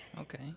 okay